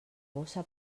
bossa